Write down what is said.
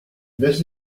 this